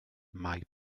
maip